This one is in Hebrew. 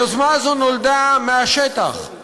היוזמה הזאת נולדה מהשטח,